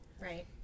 Right